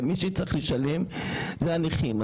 מי שיצטרך לשלם זה הנכים.